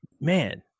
man